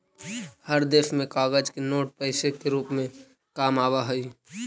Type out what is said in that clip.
हर देश में कागज के नोट पैसे से रूप में काम आवा हई